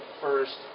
first